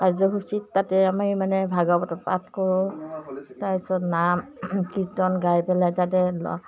কাৰ্যসূচীত তাতে আমি মানে ভাগৱত পাঠ কৰোঁ তাৰ পিছত নাম কীৰ্তন গাই পেলাই তাতে ল